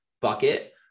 bucket